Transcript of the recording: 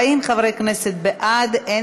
40 חברי כנסת בעד, אין